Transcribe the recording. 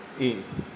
mm